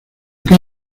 que